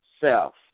self